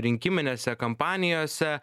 rinkiminėse kampanijose